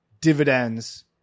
dividends